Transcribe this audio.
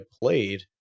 played